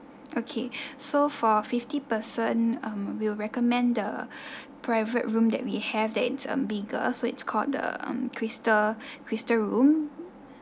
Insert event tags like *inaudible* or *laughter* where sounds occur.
okay *breath* so for fifty person uh we will recommend the *breath* private room that we have that is um bigger so it's called the um crystal *breath* crystal room